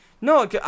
no